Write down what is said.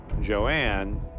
Joanne